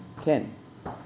can